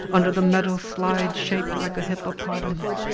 under the metal slide shaped like a hippopotamus,